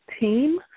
team